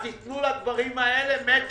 אז יתנו לדברים האלה מאצ'ינג?